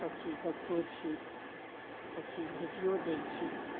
सब चीज देखितो छी सब चीज भेजियो दै छी